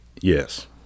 Yes